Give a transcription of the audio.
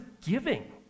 giving